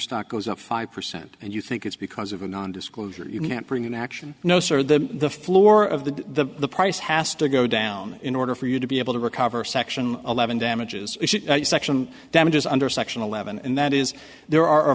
stock goes up five percent and you think because it's as of a nondisclosure you can't bring an action no sir the the floor of the price has to go down in order for you to be able to recover section eleven damages section damages under section eleven and that is there are a